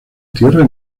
tierra